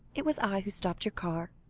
it was i who stopped your car,